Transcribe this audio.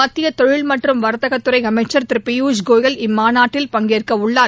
மத்திய தொழில் மற்றும் வர்த்தக துறை அமைச்சர் திரு பியூஷ் கோயல் இம்மாநாட்டில் பங்கேற்க உள்ளார்